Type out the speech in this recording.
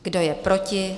Kdo je proti?